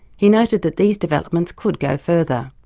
he noted that these developments could go further.